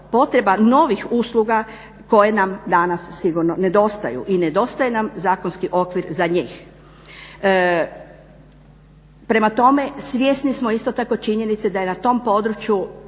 potreba novih usluga koje nam danas sigurno nedostaju. I nedostaje nam zakonski okvir za njih. Prema tome, svjesni smo isto tako činjenice da na tom području